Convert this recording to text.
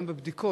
גם בבדיקות.